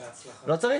טוב, מסתבר שלא צריך.